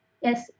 Yes